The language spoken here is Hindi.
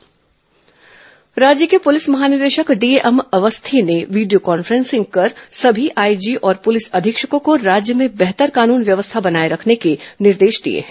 डीजीपी बैठक राज्य के पुलिस महानिदेशक डीएम अवस्थी ने वीडियो कॉन्फ्रेंसिंग कर सभी आईजी और पुलिस अधीक्षकों को राज्य में बेहतर कानून व्यवस्था बनाये रखने के निर्देश दिए हैं